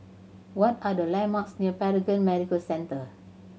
what are the landmarks near Paragon Medical Centre